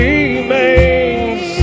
Remains